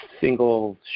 single